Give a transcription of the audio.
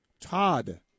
Todd